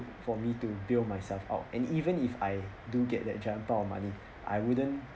for me to bail myself out and even if I do get that giant pile of money I wouldn't